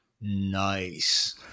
Nice